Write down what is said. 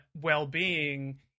well-being